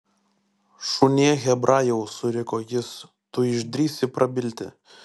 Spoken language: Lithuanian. šunie hebrajau suriko jis tu išdrįsai prabilti